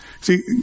See